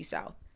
South